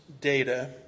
data